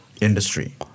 industry